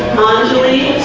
monsley